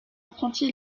apprenti